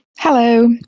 Hello